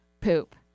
poop